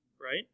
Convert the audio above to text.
right